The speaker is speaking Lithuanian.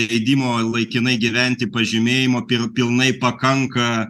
leidimo laikinai gyventi pažymėjimo pil pilnai pakanka